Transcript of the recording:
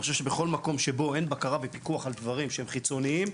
שבכל מקום שבו אין בקרה ופיקוח על דברים שהם חיצוניים,